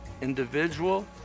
individual